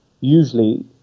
Usually